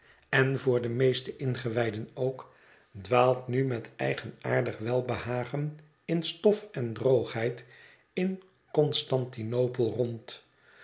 en voor de meeste ingewijden ook dwaalt nu met eigenaardig welbehagen in stof en hoogheid in constantinopel rond